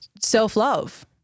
self-love